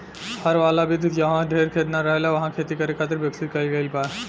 हर वाला विधि जाहवा ढेर खेत ना रहेला उहा खेती करे खातिर विकसित कईल गईल बा